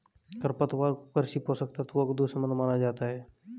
खरपतवार को कृषि पोषक तत्वों का दुश्मन माना जाता है